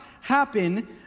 happen